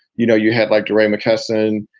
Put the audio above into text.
you know, you had like deray mckesson,